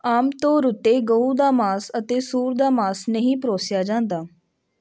ਆਮ ਤੌਰ ਉੱਤੇ ਗਊ ਦਾ ਮਾਸ ਅਤੇ ਸੂਰ ਦਾ ਮਾਸ ਨਹੀਂ ਪਰੋਸਿਆ ਜਾਂਦਾ